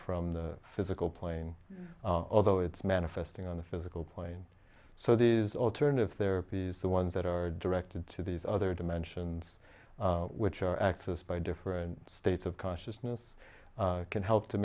from the physical plane although it's manifesting on the physical plane so these alternative therapies the ones that are directed to these other dimensions which are axis by different states of consciousness can help to